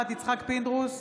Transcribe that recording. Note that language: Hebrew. נוכחת יצחק פינדרוס,